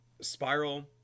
Spiral